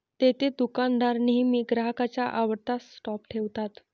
देतेदुकानदार नेहमी ग्राहकांच्या आवडत्या स्टॉप ठेवतात